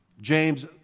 James